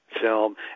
film